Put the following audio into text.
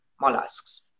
mollusks